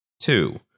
Two